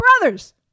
brothers